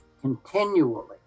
continually